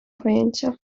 pojęcia